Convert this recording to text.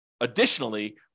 additionally